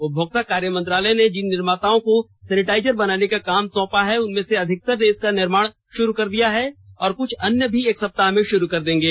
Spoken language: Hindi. उपभोक्ता कार्य मंत्रालय ने जिन निर्माताओँ को सैनिटाइजर बनाने का काम सौंपा है उनमें से अधिकतर ने इसका निर्माण शुरू कर दिया है और क्छ अन्य एक सप्ताह में शुरू कर देंगे